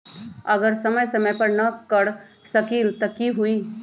अगर समय समय पर न कर सकील त कि हुई?